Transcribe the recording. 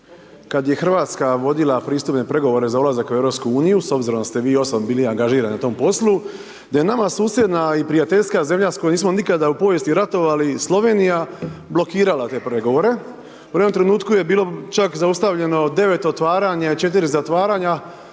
kada je Hrvatska vodila pristupne pregovore za ulazak u EU, s obzirom da ste vi osobno bili angažirani na tom poslu, da je nama susjedna i prijateljska zemlja s kojom nismo nikada u povijesti ratovali, Slovenija, blokirala te pregovore, ujedno trenutku je bilo čak zaustavljeno 9 otvaranja i 4 zatvaranja,